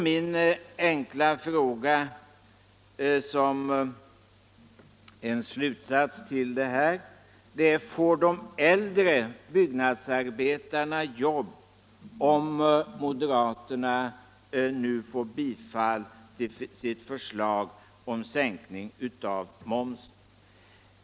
Min enkla fråga som en slutsats till detta är: Får de äldre byggnadsarbetarna jobb om moderaterna vinner bifall till sitt förslag om sänkning av momsen?